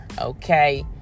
okay